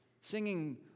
Singing